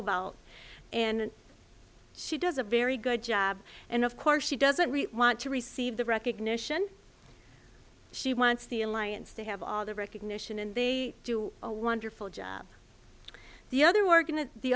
about and she does a very good job and of course she doesn't really want to receive the recognition she wants the alliance they have all the recognition and they do a wonderful job the other work in the othe